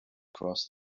across